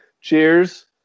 Cheers